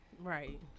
right